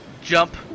jump